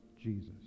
Jesus